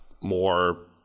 more